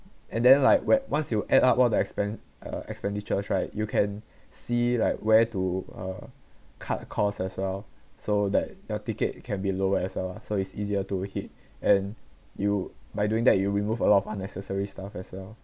and then like wher~ once you add up all the expen~ uh expenditures right you can see like where to uh cut costs as well so that your ticket can be lower as well lah so it's easier to hit and you by doing that you remove a lot of unnecessary stuff as well